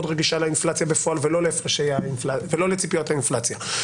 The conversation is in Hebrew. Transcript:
רגישה לאינפלציה בפועל ולא לציפיות האינפלציה,